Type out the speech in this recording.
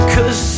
Cause